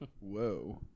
Whoa